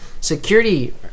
security